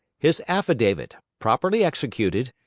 his affidavit, properly executed,